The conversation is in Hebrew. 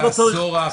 בעשור האחרון,